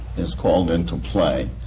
is called into play.